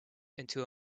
into